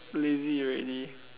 lazy already